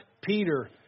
Peter